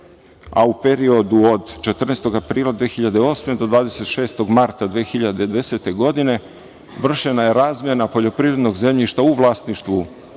a u periodu od 14. aprila 2008. godine do 26. marta 2010. godine vršena je razmena poljoprivrednog zemljišta u vlasništvu